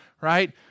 right